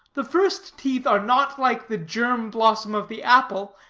the first teeth are not like the germ blossom of the apple,